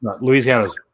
Louisiana's